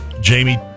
Jamie